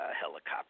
helicopter